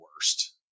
worst